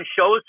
shows